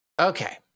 Okay